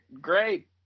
great